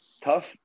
tough